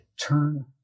turn